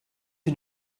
you